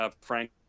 Frank